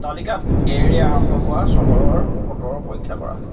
তালিকাত এ ৰে আৰম্ভ হোৱা চহৰৰ বতৰৰ পৰীক্ষা কৰা